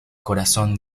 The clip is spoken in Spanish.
corazón